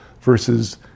versus